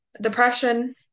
depression